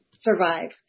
survive